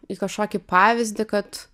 į kažkokį pavyzdį kad